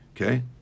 Okay